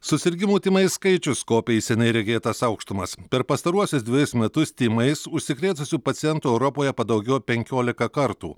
susirgimų tymais skaičius kopia į seniai regėtas aukštumas per pastaruosius dvejus metus tymais užsikrėtusių pacientų europoje padaugėjo penkiolika kartų